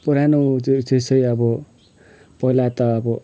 पुरानो जो चाहिँ चाहिँ अब पहिला त अब